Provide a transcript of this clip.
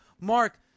Mark